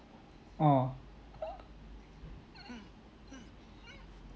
orh uh mm mm mm